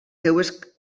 seves